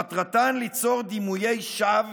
מטרתן ליצור דימויי שווא